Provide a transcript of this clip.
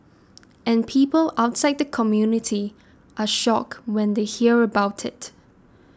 and people outside the community are shocked when they hear about it